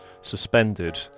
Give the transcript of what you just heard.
suspended